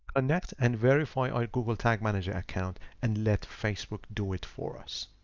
connect and verify on google tag manager account and let facebook do it for us.